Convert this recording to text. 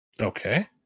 Okay